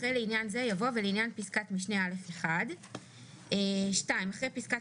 אחרי "לעניין זה" יבוא "ולעניין פסקת משנה (א1)"; (2)אחרי פסקת